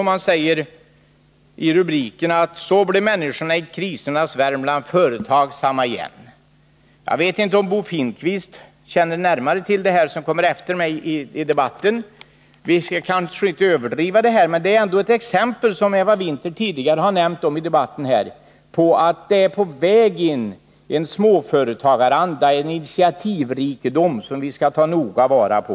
Rubriken på artikeln löd: ”Så blev mänskorna i krisens Värmland företagsamma igen!”. Jag vet inte om Bo Finnkvist, som kommer efter mig i debatten, känner närmare till denna verksamhet. Vi skall kanske inte överdriva betydelsen av KRESAM-gruppens arbete, men det är ändå ett exempel på det som Eva Winther tog upp tidigare i debatten, nämligen att det är på väg att växa fram en småföretagaranda och en initiativrikedom som vi noga skall ta vara på.